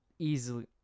Easily